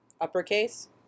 Uppercase